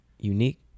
Unique